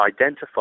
identify